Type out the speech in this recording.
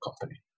company